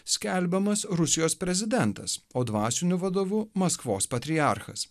skelbiamas rusijos prezidentas o dvasiniu vadovu maskvos patriarchas